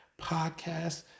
podcast